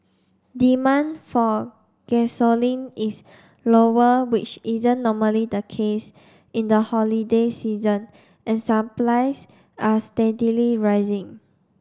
demand for gasoline is lower which isn't normally the case in the holiday season and supplies are steadily rising